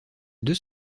deux